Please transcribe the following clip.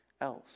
else